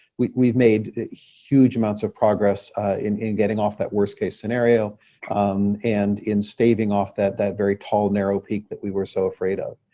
we've we've made huge amounts of progress in in getting off that worst case scenario and in staving off that that very tall narrow peak that we were so afraid of.